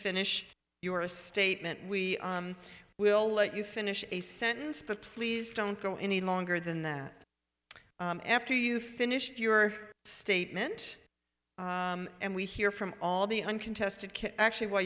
finish your a statement we will let you finish a sentence but please don't go any longer than that after you finished your statement and we hear from all the uncontested actually wh